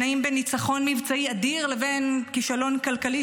שנעים בין ניצחון מבצעי אדיר לבין כישלון כלכלי,